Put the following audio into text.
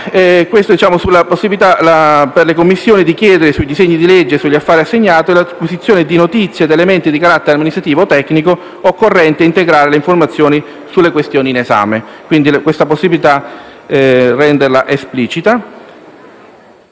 prevede la possibilità per le Commissioni di chiedere sui disegni di legge e sugli affari assegnati, l'acquisizione di notizie ed elementi di carattere amministrativo o tecnico occorrenti per integrare l'informazione sulle questioni in esame. Quindi si chiede di rendere esplicita